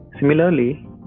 Similarly